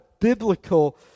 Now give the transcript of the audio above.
biblical